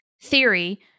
Theory